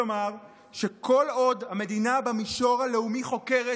כלומר שכל עוד המדינה במישור הלאומי חוקרת,